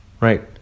right